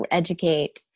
educate